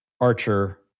Archer